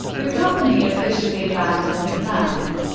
the company officially abandoned the plans.